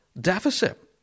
deficit